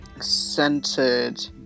Centered